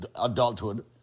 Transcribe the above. adulthood